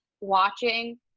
watching